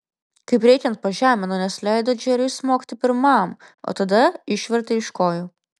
kaip reikiant pažemino nes leido džeriui smogti pirmam o tada išvertė iš kojų